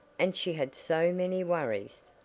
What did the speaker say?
and she had so many worries?